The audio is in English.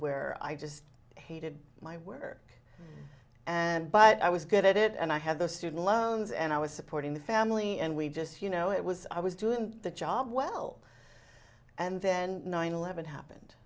where i just hated my work and but i was good at it and i had the student loans and i was supporting the family and we just you know it was i was doing the job well and then nine eleven happened